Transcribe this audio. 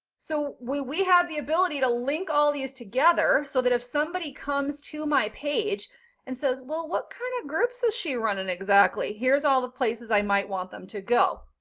so when we have the ability to link all these together, so that if somebody comes to my page and says, well, what kind of groups is she running, exactly here's all the places i might want them to go.